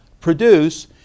produce